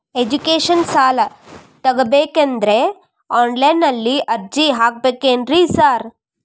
Education ಸಾಲ ತಗಬೇಕಂದ್ರೆ online ನಲ್ಲಿ ಅರ್ಜಿ ಹಾಕ್ಬೇಕೇನ್ರಿ ಸಾರ್?